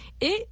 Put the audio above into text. et